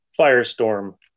Firestorm